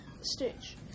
stitch